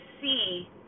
see